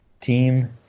team